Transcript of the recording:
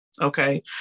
Okay